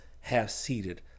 half-seated